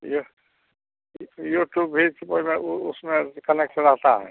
यह यू यूटूब भी उसमें उसमें कनेक्ट रहता है